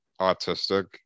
autistic